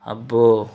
అబ్బో